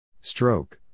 Stroke